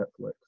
Netflix